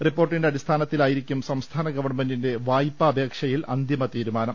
റിപ്പോർട്ടിന്റെ അടി സ്ഥാനത്തിലായിരിക്കും സംസ്ഥാന ഗവൺമെന്റിന്റെ വായ് പാ അപേക്ഷയിൽ അന്തിമ തീരുമാനം